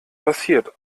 passiert